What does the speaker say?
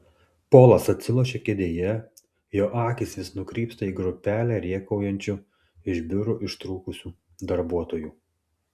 polas atsilošia kėdėje jo akys vis nukrypsta į grupelę rėkaujančių iš biurų ištrūkusių darbuotojų